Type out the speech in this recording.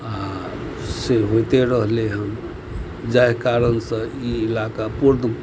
आ से होइते रहलै हन जाहि कारणसँ ईलाका पूर्व